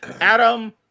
Adam